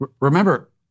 Remember